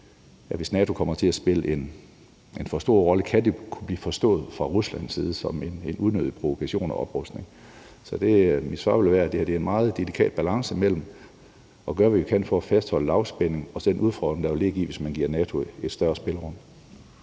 hvis NATO kommer til at spille en for stor rolle, fra Ruslands side kunne blive forstået som en unødig provokation og oprustning. Så mit svar vil være, at det er en meget delikat balance mellem at vi gør, hvad vi kan, for at fastholde en lavspænding, og den udfordring, der vil ligge i det, hvis man giver NATO et større spillerum.